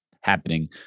happening